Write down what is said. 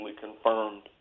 confirmed